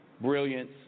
brilliance